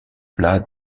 plats